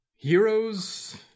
Heroes